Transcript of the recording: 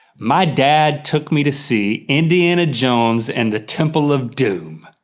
my dad took me to see indiana jones and the temple of doom.